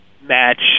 match